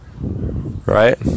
right